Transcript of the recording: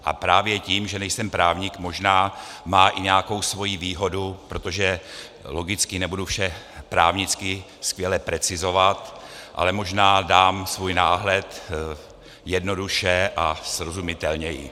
A právě to, že nejsem právník, možná má i nějakou svoji výhodu, protože logicky nebudu vše právnicky skvěle precizovat, ale možná dám svůj náhled jednoduše a srozumitelněji.